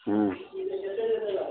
हुँ